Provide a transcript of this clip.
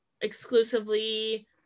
exclusively